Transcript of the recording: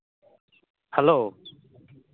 hello